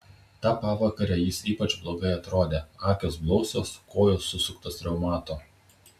tą pavakarę jis ypač blogai atrodė akys blausios kojos susuktos reumato